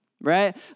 right